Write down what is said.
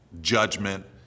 judgment